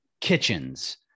kitchens